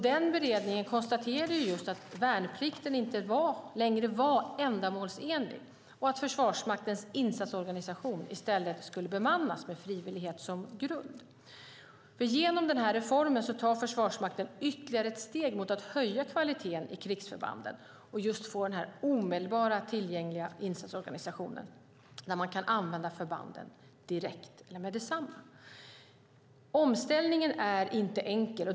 Den beredningen konstaterade att värnplikten inte längre var ändamålsenlig och att Försvarsmaktens insatsorganisation i stället skulle bemannas med frivillighet som grund. Genom denna reform tar Försvarsmakten ytterligare ett steg mot att höja kvaliteten i krigsförbanden och få den omedelbart tillgängliga insatsorganisationen där man kan använda förbanden med detsamma. Omställningen är inte enkel.